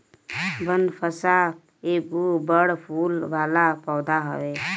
बनफशा एगो बड़ फूल वाला पौधा हवे